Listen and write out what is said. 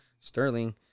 sterling